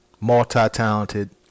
multi-talented